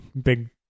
Big